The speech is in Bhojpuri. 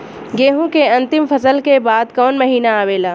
गेहूँ के अंतिम फसल के बाद कवन महीना आवेला?